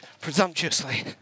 presumptuously